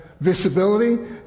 visibility